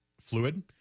fluid